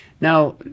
Now